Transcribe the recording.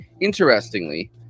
Interestingly